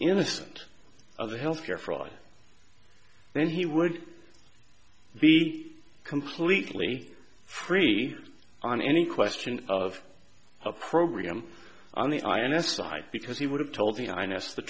innocent of health care fraud then he would be completely free on any question of a program on the ins to hide because he would have told me i know the